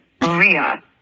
Maria